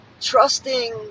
trusting